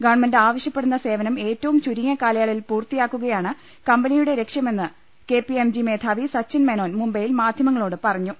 government ആവശ്യപ്പെടുന്ന സേവനം ഏറ്റവും ചുരുങ്ങിയ കാലയളവിൽ പൂർത്തിയാക്കുകയാണ് കമ്പനിയുടെ ലക്ഷ്യമെന്ന് കെ പി എം ജി മേധാവി സച്ചിൻ മേനോൻ മുംബൈയിൽ മാധ്യമങ്ങളോട് പറഞ്ഞു